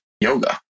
yoga